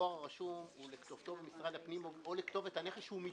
הדואר הרשום זה לכתובתו במשרד הפנים או לכתובת הנכס שהוא מתגורר בו.